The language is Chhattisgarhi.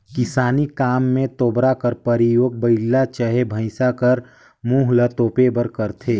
किसानी काम मे तोबरा कर परियोग बइला चहे भइसा कर मुंह ल तोपे बर करथे